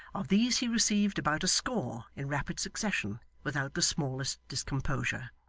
of these he received about a score in rapid succession, without the smallest discomposure.